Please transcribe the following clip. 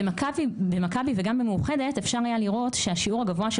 במכבי וגם במאוחדת אפשר היה לראות שהשיעור הגבוה של